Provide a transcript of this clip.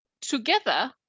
together